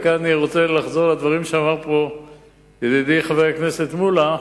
וכאן אני רוצה לחזור על הדברים שאמר פה ידידי חבר הכנסת מולה,